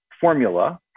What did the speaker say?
formula